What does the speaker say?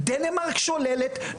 דנמרק שוללת,